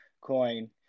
coin